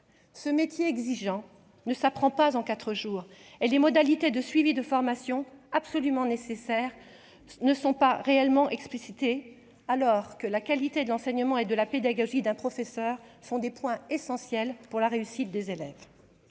ce métier exigeant ne s'apprend pas en 4 jours et les modalités de suivi de formation absolument nécessaires ne sont pas réellement explicité alors que la qualité de l'enseignement et de la pédagogie, d'un processeur sont des points essentiels pour la réussite des élèves,